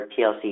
TLC